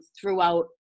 throughout